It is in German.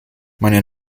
meine